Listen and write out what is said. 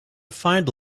find